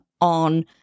on